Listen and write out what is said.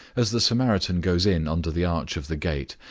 as the samaritan goes in under the arch of the gate,